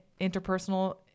interpersonal